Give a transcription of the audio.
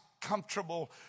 Comfortable